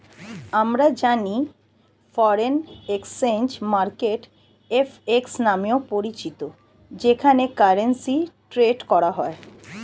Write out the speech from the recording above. আমরা জানি foreign exchange market FX নামেও পরিচিত যেখানে কারেন্সি ট্রেড করা হয়